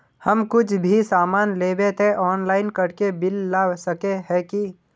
हम कुछ भी सामान लेबे ते ऑनलाइन करके बिल ला सके है की?